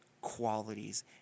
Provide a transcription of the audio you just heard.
qualities